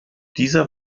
dieser